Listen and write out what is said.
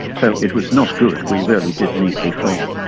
so it was not good, we really did need reform.